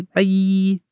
ay yi